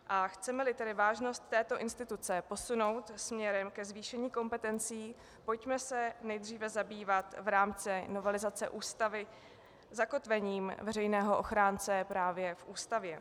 A chcemeli tedy vážnost této instituce posunout směrem ke zvýšení kompetencí, pojďme se nejdříve zabývat v rámci novelizace Ústavy zakotvením veřejného ochránce právě v Ústavě.